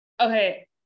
okay